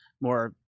more